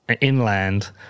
Inland